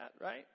right